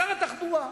שר התחבורה,